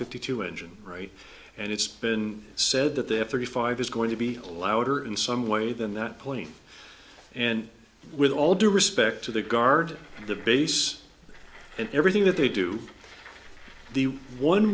fifty two engine right and it's been said that there are thirty five is going to be allowed or in some way than that point and with all due respect to the guard at the base and everything that they do the one